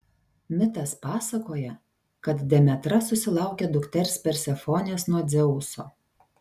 mitas pasakoja kad demetra susilaukia dukters persefonės nuo dzeuso